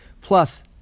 Plus